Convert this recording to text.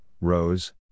rose